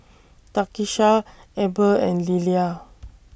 Takisha Eber and Lillia